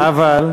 אבל?